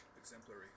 Exemplary